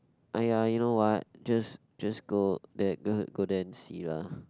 !aiya! you know what just just go there just go there and see lah